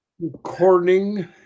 recording